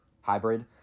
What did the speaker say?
hybrid